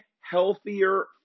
healthier